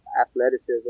athleticism